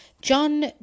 John